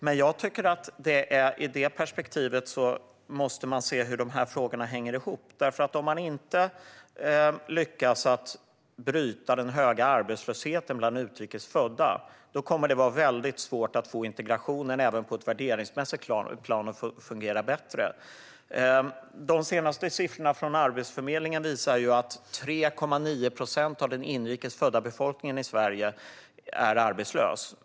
Men i det perspektivet måste man se hur de här frågorna hänger ihop. Om man inte lyckas bryta den höga arbetslösheten bland utrikes födda kommer det även på ett värderingsmässigt plan att vara väldigt svårt att få integrationen att fungera bättre. De senaste siffrorna från Arbetsförmedlingen visar att 3,9 procent av den inrikes födda befolkningen i Sverige är arbetslös.